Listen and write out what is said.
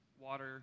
water